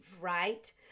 right